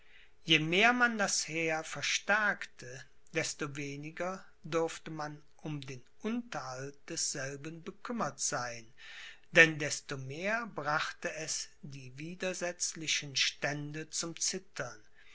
je mehr man das heer verstärkte desto weniger durfte man um den unterhalt desselben bekümmert sein denn desto mehr brachte es die widersetzlichen stände zum zittern